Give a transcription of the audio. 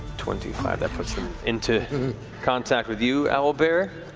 twenty five, that puts them into contact with you, owlbear.